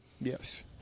Yes